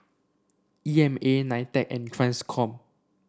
E M A Nitec and Transcom